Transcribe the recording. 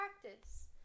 practice